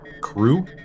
crew